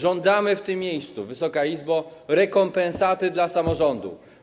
Żądamy w tym miejscu, Wysoka Izbo, rekompensaty dla samorządu.